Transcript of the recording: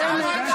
שמית.